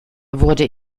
wurde